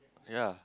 ya